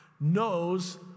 knows